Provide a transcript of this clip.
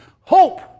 hope